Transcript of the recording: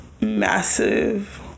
massive